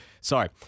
Sorry